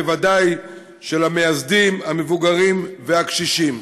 בוודאי של המייסדים המבוגרים והקשישים.